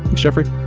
jeffrey.